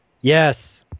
yes